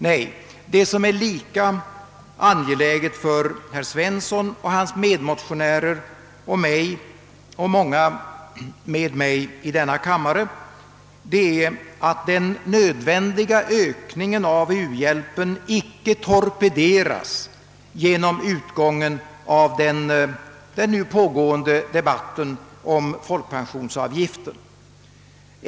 Nej, det som är lika angeläget för herr Svensson, hans medmotionärer, mig och många andra i denna kammare är att den nödvändiga ökningen av u-hjälpen icke torpederas genom utgången av den nu pågående debatten om folkpensionsavgiften.